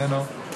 איננו,